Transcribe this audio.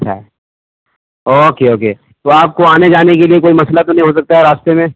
اچھا okay okay تو آپ کو آنے جانے کے لیے کوئی مسئلہ تو نہیں ہو سکتا ہے راستے میں